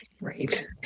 Right